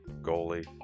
goalie